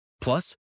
Plus